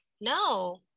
no